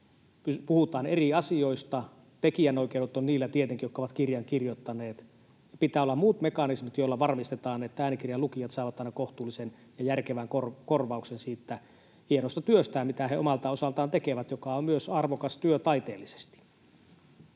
Puhutaan eri asioista. Tekijänoikeudet on tietenkin niillä, jotka ovat kirjan kirjoittaneet. Pitää olla muut mekanismit, joilla varmistetaan, että äänikirjan lukijat saavat aina kohtuullisen ja järkevän korvauksen siitä hienosta työstään, jota he omalta osaltaan tekevät ja joka on myös arvokas työ taiteellisesti.